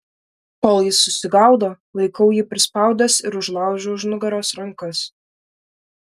kol jis susigaudo laikau jį prispaudęs ir užlaužiu už nugaros rankas